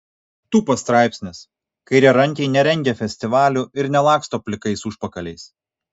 tūpas straipsnis kairiarankiai nerengia festivalių ir nelaksto plikais užpakaliais